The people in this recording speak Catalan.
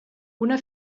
una